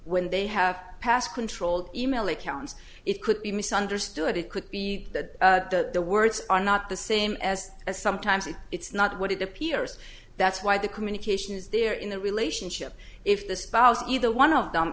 when they have passed controlled email accounts it could be misunderstood it could be that the words are not the same as a sometimes it's not what it appears that's why the communication is there in the relationship if the spouse either one of them